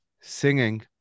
singing